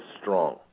strong